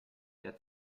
der